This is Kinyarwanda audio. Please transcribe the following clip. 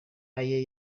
aye